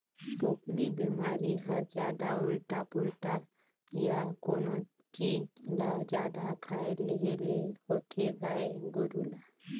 पोकरी बेमारी हर जादा उल्टा पुल्टा य कोनो चीज ल जादा खाए लेहे ले होथे गाय गोरु ल